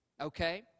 Okay